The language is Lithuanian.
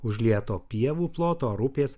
užlieto pievų ploto ar upės